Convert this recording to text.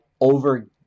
over